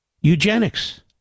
eugenics